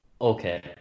Okay